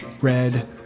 red